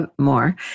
more